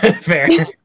Fair